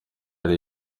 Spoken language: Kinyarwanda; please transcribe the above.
ari